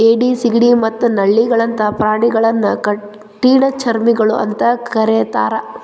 ಏಡಿ, ಸಿಗಡಿ ಮತ್ತ ನಳ್ಳಿಗಳಂತ ಪ್ರಾಣಿಗಳನ್ನ ಕಠಿಣಚರ್ಮಿಗಳು ಅಂತ ಕರೇತಾರ